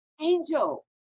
Angel